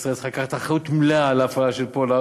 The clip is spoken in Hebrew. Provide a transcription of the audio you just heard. ישראל צריכה לקחת אחריות מלאה על ההפעלה של פולארד,